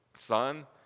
son